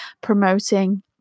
promoting